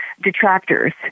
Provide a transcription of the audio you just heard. detractors